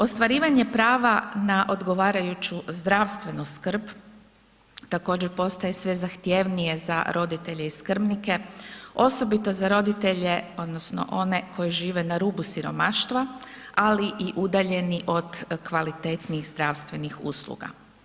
Ostvarivanje prava na odgovarajuću zdravstvenu skrb, također postaje sve zahtjevnije za roditelje i skrbnike osobito za roditelje odnosno one koji žive na rubu siromaštva, ali i udaljeni od kvalitetnijih zdravstvenih usluga.